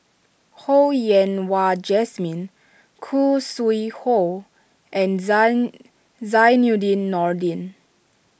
Ho Yen Wah Jesmine Khoo Sui Hoe and Zainudin Nordin